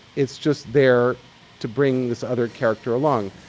it's just there to bring this other character along.